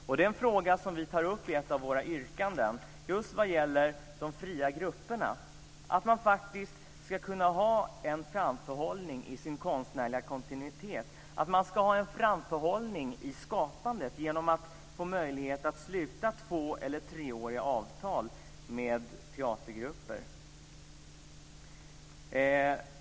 Och det är en fråga som vi tar upp i ett av våra yrkanden just när det gäller de fria grupperna, att man faktiskt ska kunna ha en framförhållning i sin konstnärliga kontinuitet, att man ska kunna ha en framförhållning i skapandet genom att få möjlighet att sluta två eller treåriga avtal med teatergrupper.